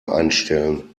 einstellen